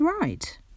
right